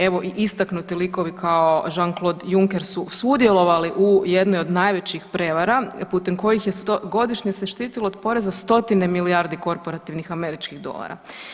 Evo i istaknuti likovi kao Jean Cloude Juncker su sudjelovali u jednoj od najvećih prijevara putem je godišnje se štitilo od poreza stotine milijardi korporativnih američkih dolara.